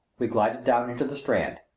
we glided down into the strand.